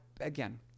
again